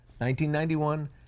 1991